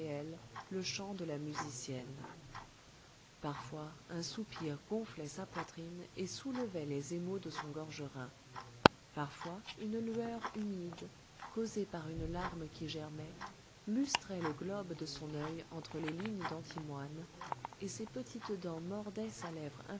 le chant de la musicienne parfois un soupir gonflait sa poitrine et soulevait les émaux de son gorgerin parfois une lueur humide causée par une larme qui germait lustrait le globe de son œil entre les lignes d'antimoine et ses petites dents mordaient sa lèvre